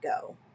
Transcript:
go